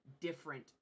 different